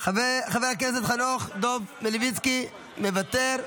חבר הכנסת חנוך דב מלביצקי, מוותר.